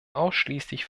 ausschließlich